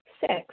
Six